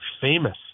famous